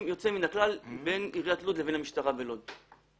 ויוצא מן הכלל בין עיריית לוד למשטרה בלוד.